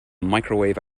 microwave